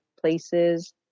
places